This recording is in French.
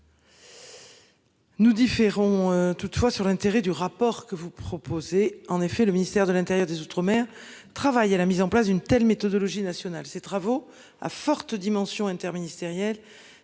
Nous différons toutefois sur l'intérêt du rapport que vous proposez. En effet, le ministère de l'Intérieur des Outre-mer travaille à la mise en place d'une telle méthodologie national ces travaux à forte dimension interministérielle